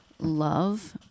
love